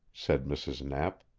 said mrs. knapp.